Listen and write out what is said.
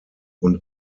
und